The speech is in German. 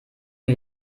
mir